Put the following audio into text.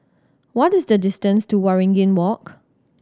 what is the distance to Waringin Walk